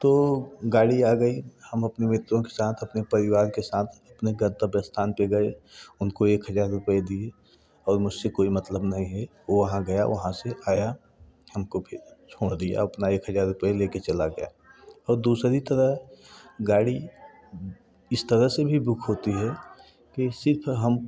तो गाड़ी आ गई हम अपने मित्रों साथ अपने परिवार के साथ अपने गंतव्य स्थान पे गए उनको एक हजार रुपए दिए और मुझसे कोई मतलब नहीं है वो वहाँ गया वहाँ से आया हमको भी छोड़ दिया अपना एक हजार रुपया लेके चला गया और दूसरी तरह गाड़ी